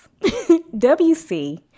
WC